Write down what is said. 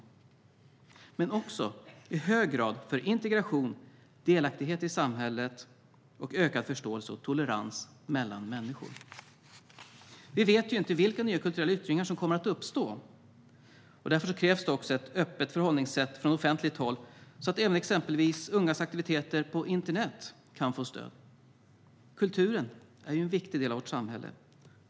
Men det skapar också i hög grad förutsättningar för integration, delaktighet i samhället och ökad förståelse och tolerans mellan människor. Och vi vet ju inte vilka nya kulturella yttringar som kommer att uppstå. Det krävs därför ett öppet förhållningssätt från offentligt håll så att även exempelvis ungas aktiviteter på internet kan få stöd. Kulturen är en viktig del av vårt samhälle.